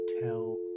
tell